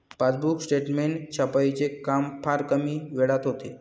passbook statement छपाईचे काम फार कमी वेळात होते